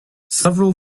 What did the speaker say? several